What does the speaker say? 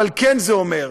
אבל כן זה אומר,